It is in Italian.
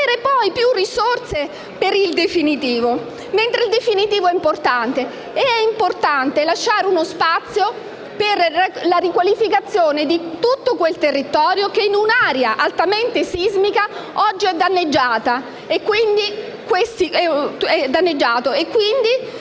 non avere poi più risorse per il definitivo, che invece è importante. È anche importante lasciare uno spazio per la riqualificazione di tutto quel territorio che insiste su un'area altamente sismica e oggi è danneggiato